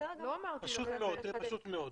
זה פשוט מאוד,